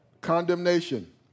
Condemnation